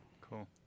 Cool